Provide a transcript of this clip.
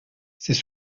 c’est